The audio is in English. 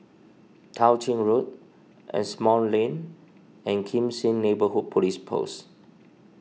Tao Ching Road Asimont Lane and Kim Seng Neighbourhood Police Post